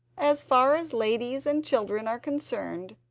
as far as ladies and children are concerned,